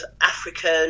african